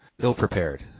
ill-prepared